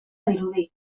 dirudi